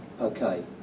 okay